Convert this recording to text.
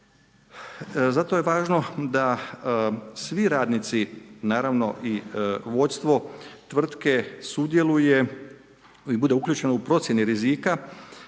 Zato je važno da svi radnici, naravno i vodstvo tvrtke sudjeluje i bude uključeno u procjenu rizika